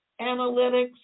analytics